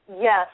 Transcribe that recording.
Yes